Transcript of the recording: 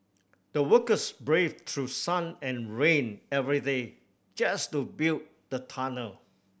the workers braved through sun and rain every day just to build the tunnel